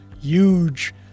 huge